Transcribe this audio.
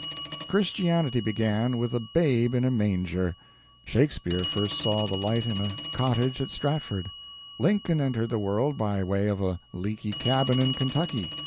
christianity began with a babe in a manger shakespeare first saw the light in a cottage at stratford lincoln entered the world by way of a leaky cabin in kentucky,